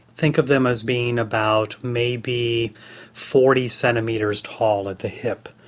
think of them as being about maybe forty centimetres tall at the hip.